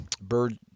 bird